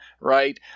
right